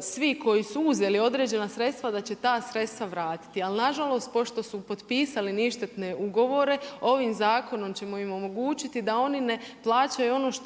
svi koji su uzeli određena sredstva, da će te sredstva vratiti. Ali nažalost, pošto su potpisali ništetne ugovore, ovim zakonom ćemo im omogućiti da oni ne plaćaju ono što